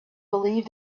believe